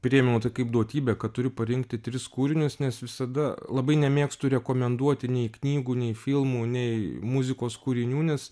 priėmiau tai kaip duotybę kad turiu parinkti tris kūrinius nes visada labai nemėgstu rekomenduoti nei knygų nei filmų nei muzikos kūrinių nes